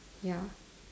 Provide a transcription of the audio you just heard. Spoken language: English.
ya